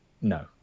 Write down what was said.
No